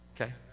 Okay